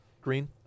Green